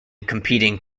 competing